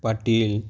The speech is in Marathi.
पाटील